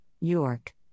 York